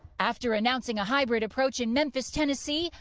after announcing a hybrid approach in memphis, tennessee,